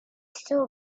still